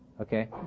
Okay